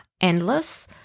endless